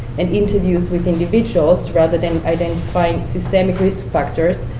and interviews with individuals, rather than identifying systemic risk factors,